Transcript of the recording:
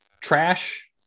trash